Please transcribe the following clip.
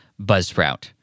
buzzsprout